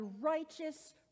righteous